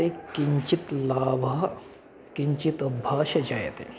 ते किञ्चित् लाभः किञ्चित् भाषा जायते